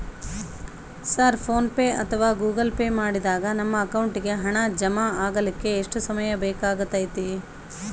Sir PhonePe ಅಥವಾ Google Pay ಮಾಡಿದಾಗ ನಮ್ಮ ಅಕೌಂಟಿಗೆ ಹಣ ಜಮಾ ಆಗಲಿಕ್ಕೆ ಎಷ್ಟು ಸಮಯ ಬೇಕಾಗತೈತಿ?